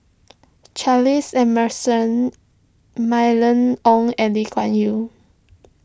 Charles Emmerson Mylene Ong and Lee Kuan Yew